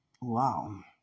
Wow